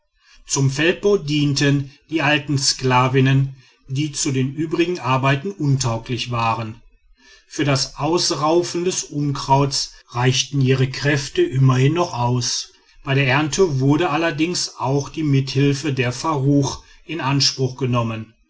zum feldbau dienten die alten sklavinnen die zu den übrigen arbeiten untauglich waren für das ausraufen des unkrauts reichten ihre kräfte immerhin noch aus bei der ernte wurde allerdings auch die mithilfe der faruch in anspruch genommen